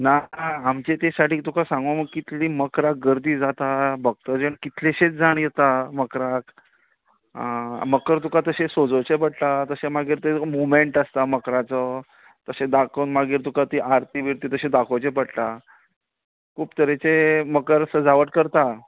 ना आमचे ते सायडीन तुका सागूं कितली मकराक गर्दी जाता भक्तजण कितलेशेच जाण येतात मकराक आं मकर तुका तशें सजोवचें पडटा तशें मागीर तुका तें मोमेंट आसता मकराचो तशें दाखोवन तुका मागीर आरती बीरती तशी दाखोवची पडटा खूब तरेचे मकर सजावट करता